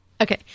Okay